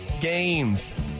games